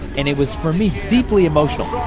and it was, for me, deeply emotional